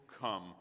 come